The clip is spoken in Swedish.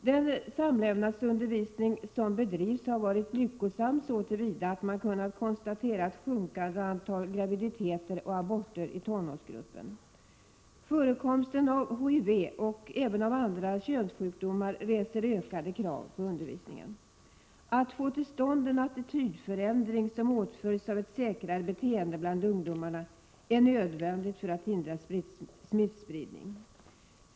Den samlevnadsundervisning som bedrivits har varit lyckosam så till vida att man kunnat konstatera ett sjunkande antal graviditeter och aborter i tonårsgruppen. Förekomsten av HIV och även andra könssjukdomar ställer ökade krav på undervisningen. Att få till stånd en attitydförändring som åtföljs av ett säkrare beteende bland ungdomarna är nödvändigt för att förhindra smittspridning.